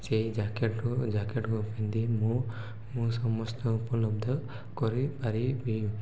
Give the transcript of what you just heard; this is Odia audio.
ସେଇ ଜ୍ୟାକେଟ୍କୁ ଜ୍ୟାକେଟ୍କୁ ପିନ୍ଧି ମୁଁ ମୁଁ ସମସ୍ତ ଉପଲବ୍ଧ କରିପାରିବି